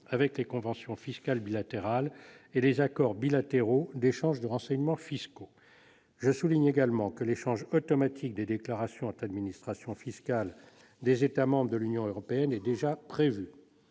avec les conventions fiscales bilatérales et les accords bilatéraux d'échange de renseignements fiscaux. Je souligne également que l'échange automatique des déclarations entre administrations fiscales des États membres de l'Union européenne est déjà prévu.